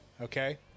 Okay